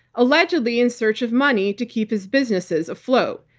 allegedly in search of money to keep his businesses afloat.